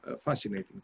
fascinating